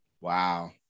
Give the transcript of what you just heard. Wow